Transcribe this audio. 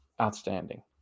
outstanding